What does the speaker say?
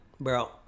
Bro